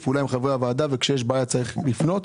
פעולה עם חברי הוועדה וכאשר יש בעיה צריך לפנות.